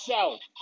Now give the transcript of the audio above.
South